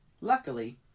Luckily